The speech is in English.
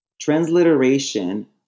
transliteration